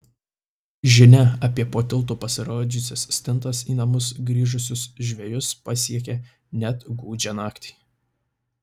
žinia apie po tiltu pasirodžiusias stintas į namus grįžusius žvejus pasiekia net gūdžią naktį